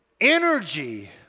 energy